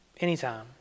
anytime